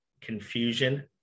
confusion